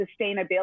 sustainability